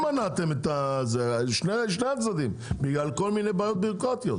אתם מנעתם את זה בגלל כל מיני בעיות ביורוקרטיות.